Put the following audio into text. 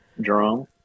Drum